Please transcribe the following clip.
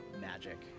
magic